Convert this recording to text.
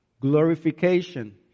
glorification